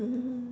mm